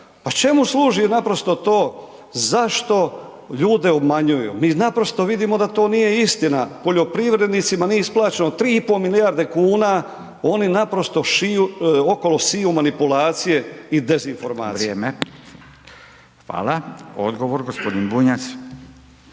Pa čemu služi naprosto to? Zašto ljudi obmanjuju? Mi naprosto vidimo da to nije istina. Poljoprivrednicima nije isplaćeno 3,5 milijarde kuna, oni naprosto okolo siju manipulacije i dezinformacije.